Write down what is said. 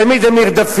תמיד הם נרדפים,